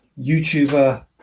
YouTuber